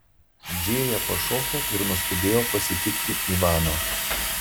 džėja pašoko ir nuskubėjo pasitikti ivano